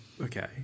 Okay